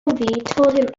told